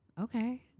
okay